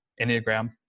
Enneagram